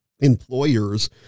employers